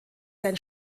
sein